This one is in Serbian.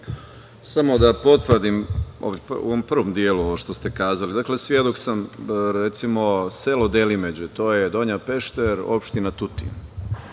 Samo da potvrdim u ovom prvom delu ovo što ste kazali. Dakle, svedok sam, recimo, selo Delimeđe, to je Donja Pešter, opština Tutin,